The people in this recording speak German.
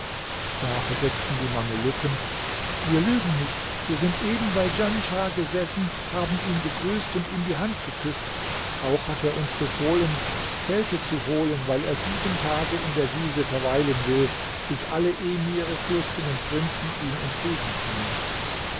da versetzten die mamelucken wir lügen nicht wir sind eben bei djanschah gesessen haben ihn gegrüßt und ihm die hand geküßt auch hat er uns befohlen zelte zu holen weil er sieben tage in der wiese verweilen will bis alle emire fürsten und prinzen ihm entgegenkommen